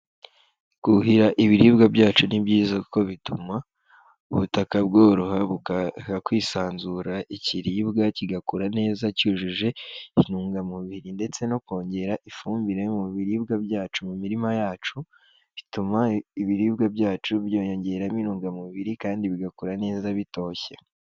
Kuhira ibiribwa byacu ni byiza kuko bituma ubutaka bworoha, bugaha kwisanzura ikiribwa kigakura neza cyujuje intungamubiri, ndetse no kongera ifumbire mu biribwa byacu, mu mirima yacu bituma ibiribwa byacu byiyongeramo intungamubiri kandi bigakura neza bitoshye.